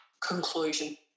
conclusion